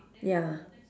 ya